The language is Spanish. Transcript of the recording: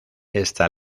esta